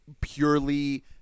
purely